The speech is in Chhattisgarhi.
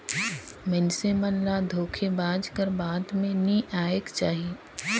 मइनसे मन ल धोखेबाज कर बात में नी आएक चाही